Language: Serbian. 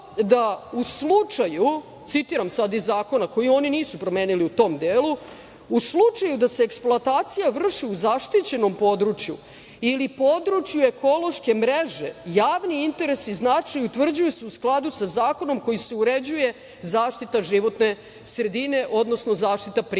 da u slučaju, citiram sad iz zakona koji oni nisu promenili u tom delu: „u slučaju da se eksploatacija vrši u zaštićenom području ili području ekološke mreže javni interes i značaj utvrđuju se u skladu sa zakonom kojim se uređuje zaštita životne sredine, odnosno zaštita prirode“.Tako